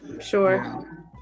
sure